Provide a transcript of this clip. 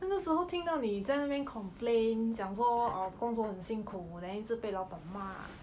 那时候听到你在那边 complain 讲说 err 工作很辛苦 then 一直被老板骂